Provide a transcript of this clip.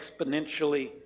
exponentially